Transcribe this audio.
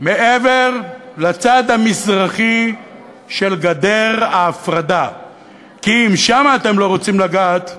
מעבר לצד המזרחי של גדר ההפרדה; כי אם שם אתם לא רוצים לגעת,